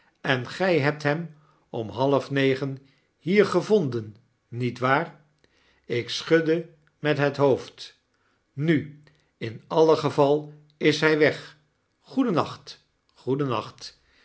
en gij hebt hem om halfnegen hier gevonden niet waar ik schudde met het hoofd nu in alle geval is hij weg goedennacht goedennacht